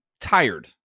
tired